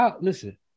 Listen